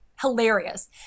hilarious